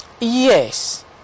Yes